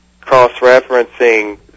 cross-referencing